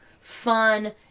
fun